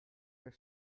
the